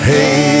Hey